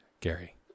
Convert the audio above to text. Gary